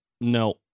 No